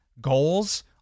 goals